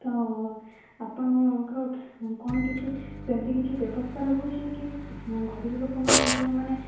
ତ ଆପଣଙ୍କର କ'ଣ କିଛି ସେମିତି କିଛି ବ୍ୟବସ୍ଥା ରହୁଛି କି ଗରିବ ଲୋକମାନେ ଯେଉଁମାନେ